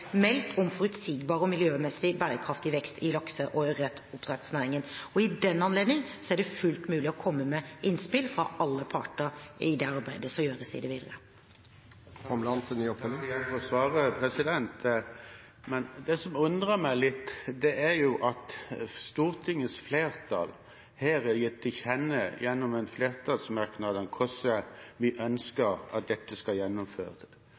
meldt om forutsigbar og miljømessig bærekraftig vekst i lakse- og ørretoppdrettsnæringen. I den anledning er det fullt mulig å komme med innspill fra alle parter i det arbeidet som gjøres i det videre. Takk igjen for svaret. Det som undrer meg litt, er at Stortingets flertall her har gitt til kjenne gjennom en flertallsmerknad hvordan vi ønsker at dette skal gjennomføres.